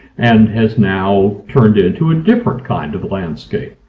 and has now turned into a different kind of landscape.